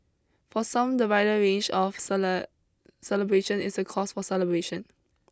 for some the wider range of salad celebration is a cause for celebration